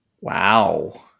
Wow